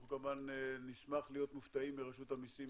אנחנו כמובן נשמח להיות מופתעים מרשות המיסים.